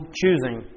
choosing